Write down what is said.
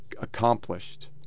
accomplished